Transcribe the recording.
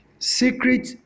Secret